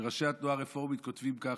וראשי התנועה הרפורמית כותבים ככה,